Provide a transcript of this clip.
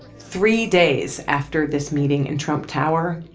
three days after this meeting in trump tower,